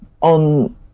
on